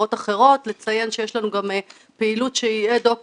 ולכן גם הייתי זהיר בדברים שלי.